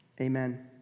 amen